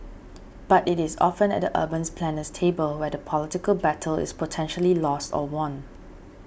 but it is often at the urban planner's table where the political battle is potentially lost or won